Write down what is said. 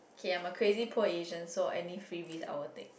okay I'm a crazy poor Asian so any freebies I will take